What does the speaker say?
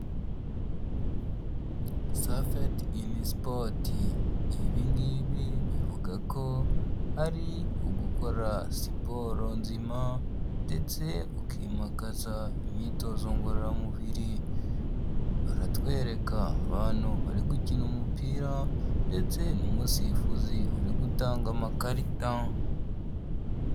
Safety in sport, ibi ngibi bivuga ko ari ugukora siporo nzima ndetse ukimakaza imyitozo ngororamubiri, baratwereka abantu bari gukina umupira ndetse n'umusifuzi uri gutanga amakarita.